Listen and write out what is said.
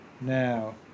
now